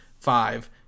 Five